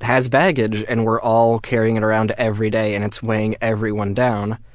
has baggage and we're all carrying it around every day and it's weighing everyone down.